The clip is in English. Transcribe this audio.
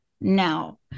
now